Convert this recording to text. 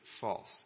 false